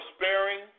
sparing